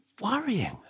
worrying